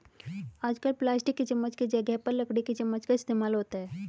आजकल प्लास्टिक की चमच्च की जगह पर लकड़ी की चमच्च का इस्तेमाल होता है